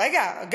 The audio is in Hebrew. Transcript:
רגע,